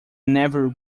never